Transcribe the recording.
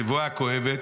הנבואה הכואבת,